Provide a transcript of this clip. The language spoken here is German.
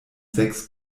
sechs